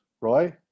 Roy